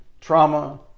trauma